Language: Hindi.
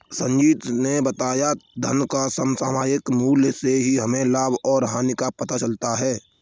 संजीत ने बताया धन का समसामयिक मूल्य से ही हमें लाभ और हानि का पता चलता है